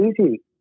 easy